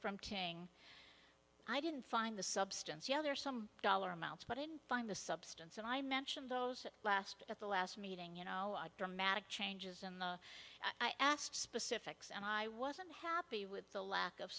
from tng i didn't find the substance yeah there are some dollar amounts but in find the substance and i mentioned those last at the last meeting you know are dramatic changes in the i asked specifics and i was unhappy with the lack of